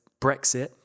Brexit